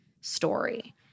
story